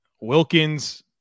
Wilkins